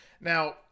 Now